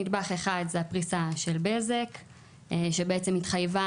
נדבך אחד זה הפריסה של בזק שבעצם התחייבה